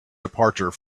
departure